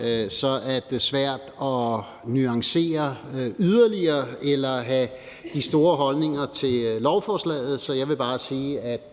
er det svært at nuancere det yderligere eller have de store holdninger til lovforslaget, så jeg vil bare sige, at